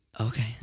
Okay